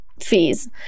fees